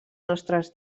nostres